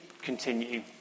continue